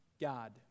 God